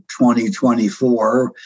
2024